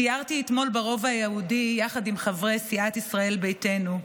סיירתי אתמול ברובע היהודי יחד עם חברי סיעת ישראל ביתנו.